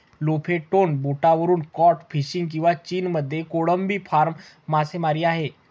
Lofoten बेटावरून cod fishing किंवा चीनमध्ये कोळंबी फार्म मासेमारी आहे